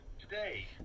today